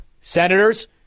senators